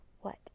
What